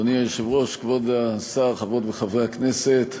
אדוני היושב-ראש, כבוד השר, חברות וחברי הכנסת,